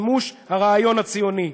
שעלייה גדולה היא מימוש הרעיון הציוני,